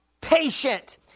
patient